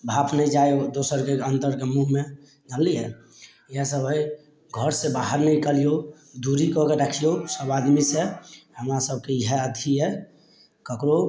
भाफ नहि जाे ओ दोसर के अन्दर के मुँहमे जनलियै इएह सब हय घर से बाहर नहि निकलियौ दूरी कए के राखियौ सब आदमी से हमरा सबके इहए अथी अइ ककरो